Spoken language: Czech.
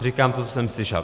Říkám to, co jsem slyšel.